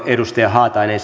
edustaja haatainen